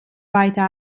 weiter